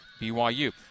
BYU